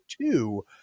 two